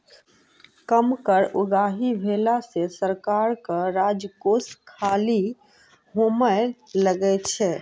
कम कर उगाही भेला सॅ सरकारक राजकोष खाली होमय लगै छै